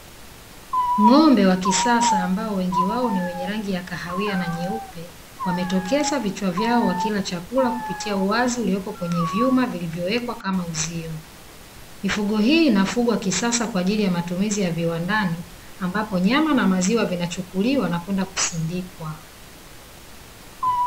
Ng’ombe wa kisasa ambao wengi wao ni wenye rangi ya kahawia na nyeupe, wametokeza vichwa vyao wakila chakula kupitia uwazi uliokuwa kwenye vyuma vilivyo wekwa kama uzio. Mifugo hii inafugwa kisasa kwa ajili ya matumizi ya viwandani, ambapo nyama na maziwa vinachukuliwa na kwenda kusindikwa.